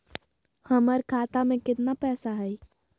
हमर खाता मे केतना पैसा हई?